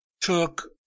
took